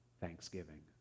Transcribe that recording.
thanksgiving